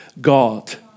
God